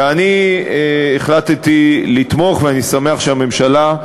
ואני החלטתי לתמוך, ואני שמח שהממשלה,